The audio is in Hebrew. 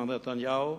מר נתניהו,